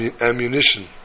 ammunition